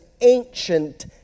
ancient